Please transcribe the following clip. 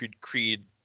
Creed